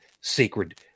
sacred